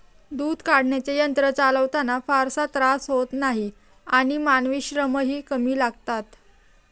दूध काढण्याचे यंत्र चालवताना फारसा त्रास होत नाही आणि मानवी श्रमही कमी लागतात